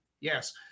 Yes